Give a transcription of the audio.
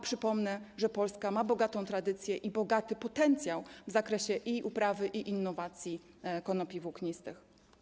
Przypomnę, że Polska ma bogatą tradycję i bogaty potencjał w zakresie i uprawy, i innowacji konopi włóknistych.